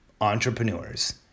Entrepreneurs